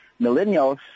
millennials